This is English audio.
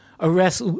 arrest